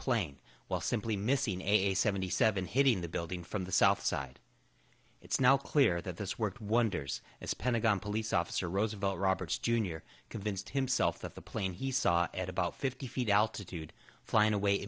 plane while simply missing a seventy seven hitting the building from the south side it's now clear that this worked wonders as pentagon police officer roosevelt roberts jr convinced himself that the plane he saw at about fifty feet altitude flying away